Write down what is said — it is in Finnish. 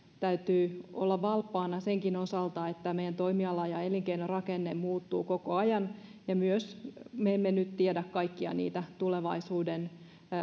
täytyy olla valppaana senkin osalta että meidän toimiala ja elinkeinorakenne muuttuu koko ajan ja me emme myöskään nyt tiedä kaikkia niitä tulevaisuuden